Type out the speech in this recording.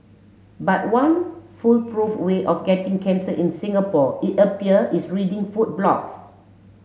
but one foolproof way of getting cancer in Singapore it appear is reading food blogs